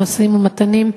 במשאים-ומתנים,